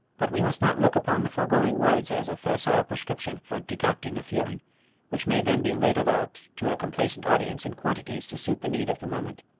but we must not look upon the foregoing words as a facile prescription for decocting a feeling which may then be ladled out to a complacent audience in quantities to suit the need of the moment.